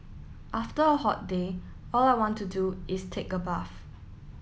after a hot day all I want to do is take a bath